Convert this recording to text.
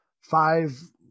five